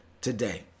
today